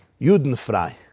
Judenfrei